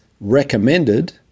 recommended